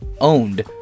owned